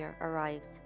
arrived